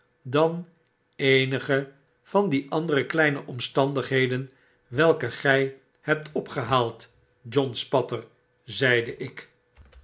dan eenige van die andere kleine omstandigheden welke gij hebt opgehaald john spatter zeide ik